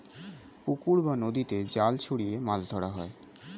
পুকুর বা নদীতে জাল ছড়িয়ে মাছ ধরা হয়